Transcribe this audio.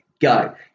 go